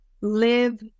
live